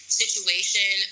situation